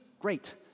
Great